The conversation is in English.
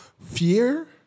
fear